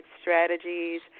strategies